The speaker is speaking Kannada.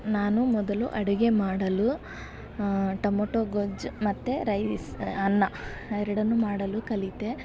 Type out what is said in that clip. ನಾನು ಮೊದಲು ಅಡುಗೆ ಮಾಡಲು ಟಮೊಟೊ ಗೊಜ್ಜು ಮತ್ತು ರೈಸ್ ಅನ್ನ ಎರಡನ್ನೂ ಮಾಡಲು ಕಲಿತೆ